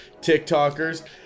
tiktokers